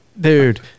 dude